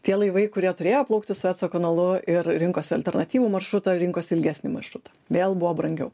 tie laivai kurie turėjo plaukti sueco kanalu ir rinkosi alternatyvų maršrutą rinkosi ilgesnį maršrutą vėl buvo brangiau